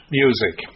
music